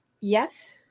yes